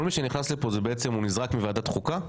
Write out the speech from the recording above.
כל מי שנכנס לכאן, הוא בעצם נזרק מוועדת חוקה?